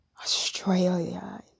Australia